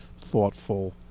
thoughtful